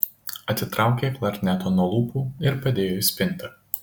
atitraukė klarnetą nuo lūpų ir padėjo į spintą